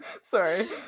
Sorry